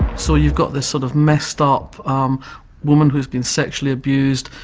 so you've got this sort of messed-up um woman who's been sexually abused,